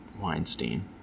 Weinstein